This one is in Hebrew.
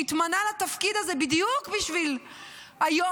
שהתמנה לתפקיד הזה בדיוק בשביל היום,